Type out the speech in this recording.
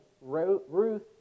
Ruth